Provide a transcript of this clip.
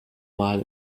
mal